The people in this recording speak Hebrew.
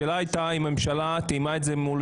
השאלה היתה האם הממשלה תיאמה את זה מול